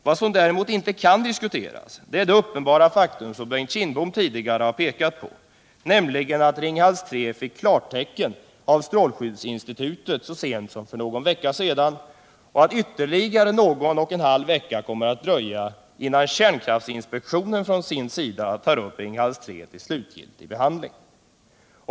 Vad som däremot inte kan diskuteras är det uppenbara faktum som Bengt Kindbom tidigare har pekat på, nämligen att Ringhals 3 fick klartecken av strålskyddsinstitutet så sent som för någon vecka sedan och att ytterligare någon vecka kan gå innan kärnkraftsinspektionen å sin sida tar upp Ringhals 3 till slutgiltig behandling.